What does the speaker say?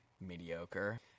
mediocre